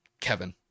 Kevin